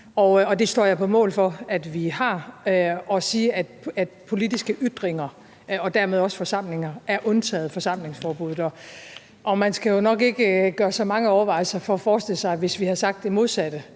og det står jeg på mål for at vi har, at politiske ytringer og dermed også forsamlinger er undtaget fra forsamlingsforbuddet. Og man skal jo nok ikke gøre sig mange overvejelser for at forestille sig, at vi, hvis vi havde sagt det modsatte,